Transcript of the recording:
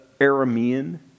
Aramean